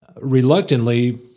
Reluctantly